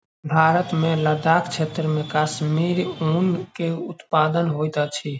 भारत मे लदाख क्षेत्र मे कश्मीरी ऊन के उत्पादन होइत अछि